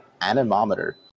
anemometer